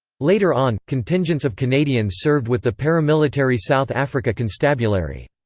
later on, contingents of canadians served with the paramilitary south africa constabulary.